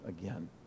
again